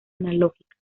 analógica